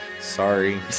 Sorry